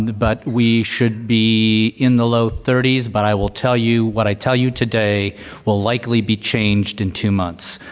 but we should be in the low thirty s, but i will tell you what i tell you today will likely be changed in two months.